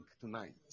tonight